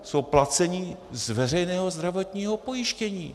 Jsou placeni z veřejného zdravotního pojištění.